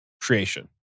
creation